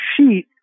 sheet